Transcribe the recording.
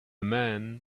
man